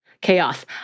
chaos